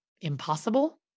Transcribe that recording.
impossible